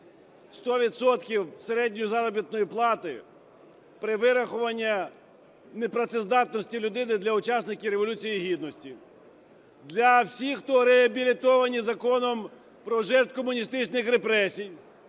середньої заробітної плати при вирахуванні непрацездатності людини для учасників Революції Гідності, для всіх, хто реабілітований Законом про жертв комуністичних репресій;